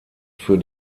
für